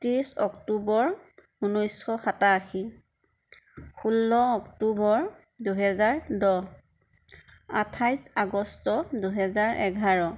ত্ৰিছ অক্টোবৰ ঊনৈছশ সাতাশী ষোল্ল অক্টোবৰ দুহেজাৰ দহ আঠাইছ আগষ্ট দুহেজাৰ এঘাৰ